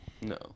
No